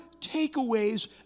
takeaways